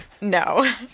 No